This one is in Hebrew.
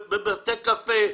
בבתי קפה,